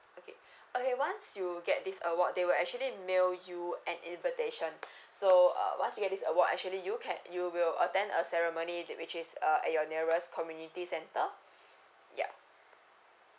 okay okay once you get this award they will actually mail you an invitation so uh once you get this award actually you can you will attend a ceremony did which is uh at your nearest community centre yeah